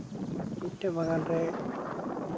ᱢᱤᱫᱴᱮᱡ ᱵᱟᱜᱟᱱ ᱨᱮ